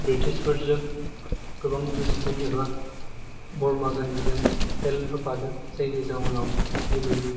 बृटिसफोरजों गोबां जुजिदों एबा महात्मा गान्धीजों हेल्प होफादों जायनि जाउनाव दिनै